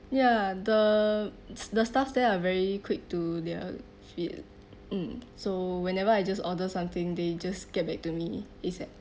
ya the the staff there are very quick to their feet mm so whenever I just order something they just get back to me ASAP